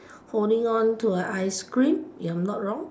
holding on to a ice cream if I'm not wrong